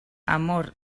amor